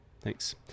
thanks